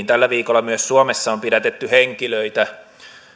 tällä viikolla myös suomessa on pidätetty henkilöitä